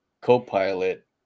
copilot